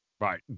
Right